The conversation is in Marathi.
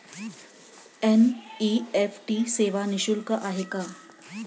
एन.इ.एफ.टी सेवा निःशुल्क आहे का?